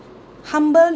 humble